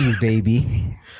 baby